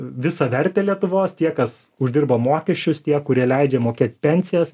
visą vertę lietuvos tie kas uždirba mokesčius tie kurie leidžia mokėt pensijas